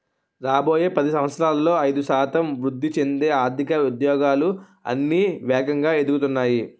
రాబోయే పది సంవత్సరాలలో ఐదు శాతం వృద్ధి చెందే ఆర్థిక ఉద్యోగాలు అన్నీ వేగంగా ఎదుగుతున్నాయి